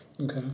Okay